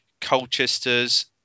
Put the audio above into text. Colchester's